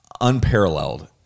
unparalleled